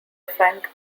frank